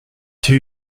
two